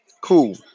Cool